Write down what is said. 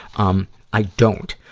um i don't,